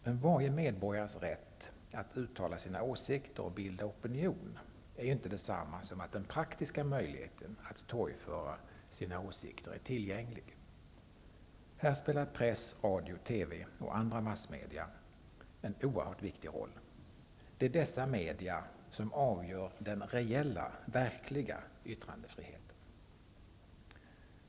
Men varje medborgares rätt att uttala sina åsikter och bilda opinion är inte detsamma som att den praktiska möjligheten att torgföra sina åsikter är tillgänglig. Här spelar press, radio, TV och andra massmedia en oerhört viktig roll. Det är dessa media som avgör den reella yttrandefriheten.